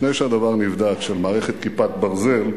לפני שהדבר נבדק, של מערכת "כיפת ברזל"